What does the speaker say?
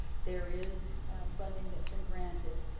there is funding that's been granted,